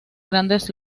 grandes